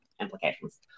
implications